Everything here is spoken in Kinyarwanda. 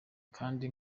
kandi